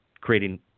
creating